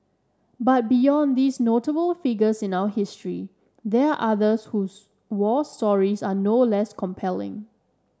but beyond these notable figures in our history there are others whose war stories are no less compelling